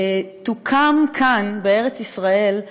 יוקם כאן, בארץ ישראל,